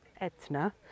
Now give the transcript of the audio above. Etna